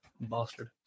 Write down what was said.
Bastard